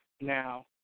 Now